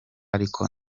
ariko